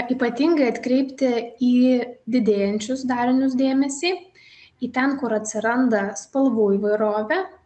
ypatingai atkreipti į didėjančius darinius dėmesį į ten kur atsiranda spalvų įvairovė